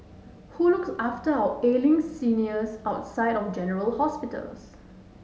who looks after our ailing seniors outside of general hospitals